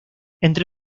entre